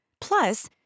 Plus